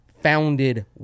founded